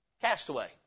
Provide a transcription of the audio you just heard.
Castaway